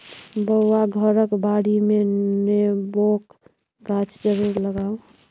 बौआ घरक बाडीमे नेबोक गाछ जरुर लगाउ